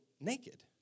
naked